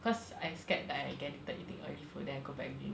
cause I scared like I get addicted eating oily food then I go back again